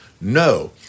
No